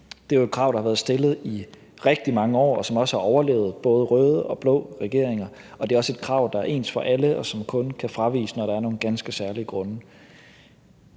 Det er jo et krav, der har været stillet i rigtig mange år, og som også har overlevet både røde og blå regeringer, og det er også et krav, der er ens for alle, og som kun kan fraviges, når der er nogle ganske særlige grunde.